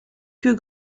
que